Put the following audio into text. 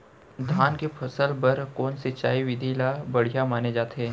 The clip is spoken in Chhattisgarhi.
धान के फसल बर कोन सिंचाई विधि ला बढ़िया माने जाथे?